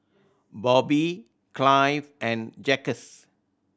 Bobby Clive and Jacquez